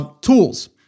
Tools